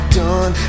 done